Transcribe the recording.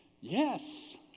Yes